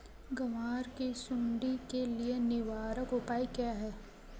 ग्वार की सुंडी के लिए निवारक उपाय क्या है?